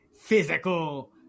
physical